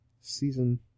Season